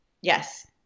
Yes